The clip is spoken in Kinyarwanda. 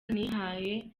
nihaye